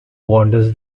wanders